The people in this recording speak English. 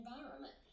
environment